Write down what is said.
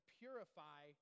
purify